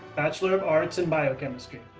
bachelor of arts in biochemistry,